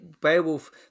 Beowulf